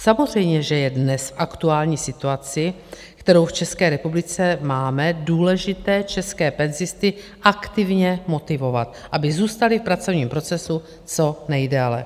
Samozřejmě, že je dnes v aktuální situaci, kterou v České republice máme, důležité české penzisty aktivně motivovat, aby zůstali v pracovním procesu co nejdéle.